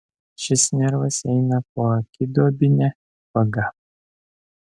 šis nervas eina poakiduobine vaga